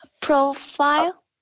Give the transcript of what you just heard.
profile